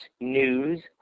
news